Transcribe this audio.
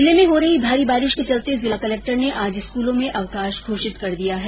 जिले में हो रही भारी बारिश के चलते जिला कलेक्टर ने आज स्कूलों में अवकाश घोषित कर दिया है